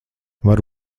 varu